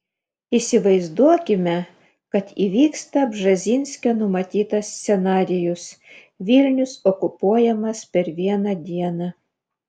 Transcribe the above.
įsivaizduokime kad įvyksta brzezinskio numatytas scenarijus vilnius okupuojamas per vieną dieną